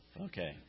Okay